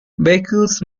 vehicles